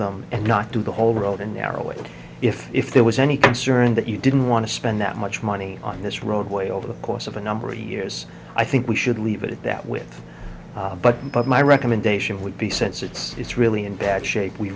them and not do the whole road and narrow it if if there was any concern that you didn't want to spend that much money on this roadway over the course of a number of years i think we should leave it at that with but but my recommendation would be sense it's it's really in bad shape we